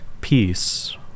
Peace